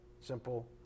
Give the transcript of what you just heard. simple